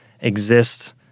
exist